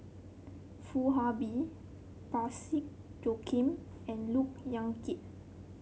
Foo Ah Bee Parsick Joaquim and Look Yan Kit